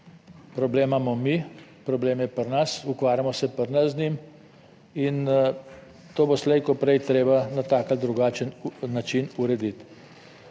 Problem imamo mi, problem je pri nas, ukvarjamo se pri nas z njim in to bo slej ko prej treba na tak ali drugačen način urediti.